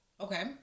Okay